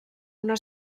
una